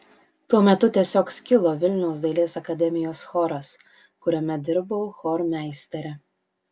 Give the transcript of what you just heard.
tuo metu tiesiog skilo vilniaus dailės akademijos choras kuriame dirbau chormeistere